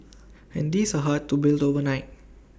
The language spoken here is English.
and these are hard to build overnight